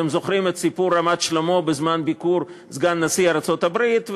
אתם זוכרים את סיפור רמת-שלמה בזמן ביקור סגן נשיא ארצות-הברית,